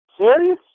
Serious